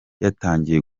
yatangiye